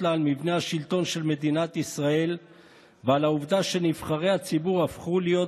שבראשה עומדים אנשי התנועה הרפורמית והשמאל הרדיקלי,